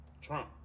Trump